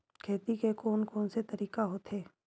खेती के कोन कोन से तरीका होथे?